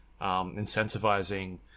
incentivizing